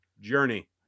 Journey